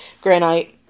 granite